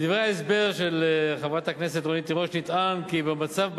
בדברי ההסבר של חברת הכנסת רונית תירוש נטען כי במצב בעבר,